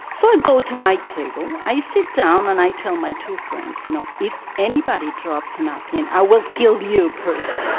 so i go to my table i sit down and i tell my two friends, you know, if anybody drops a napkin i will kill you personally!